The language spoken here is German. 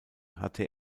hatte